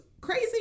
crazy